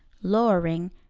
lowering,